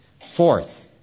Fourth